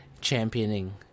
championing